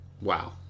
Wow